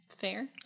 fair